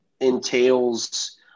entails